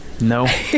No